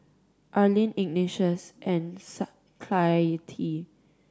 Arlene Ignatius and Clytie